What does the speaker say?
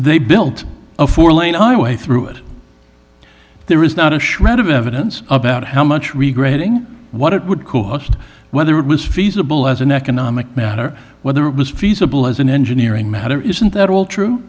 they built a four lane highway through it there is not a shred of evidence about how much regretting what it would cost whether it was feasible as an economic matter whether it was feasible as an engineering matter isn't at all true